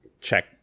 check